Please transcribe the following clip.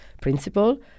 principle